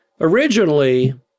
Originally